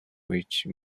which